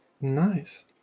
Nice